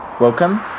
Welcome